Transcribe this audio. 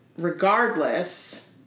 regardless